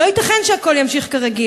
לא ייתכן שהכול ימשיך כרגיל.